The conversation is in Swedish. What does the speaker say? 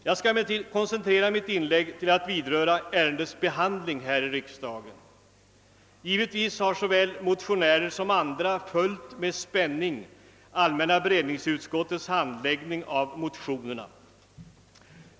Jag skall emellertid koncentrera mitt inlägg till att beröra ärendets behandling här i riksdagen. Givetvis har såväl motionärer som andra med spänning följt allmänna = beredningsutskottets handläggning av motionerna.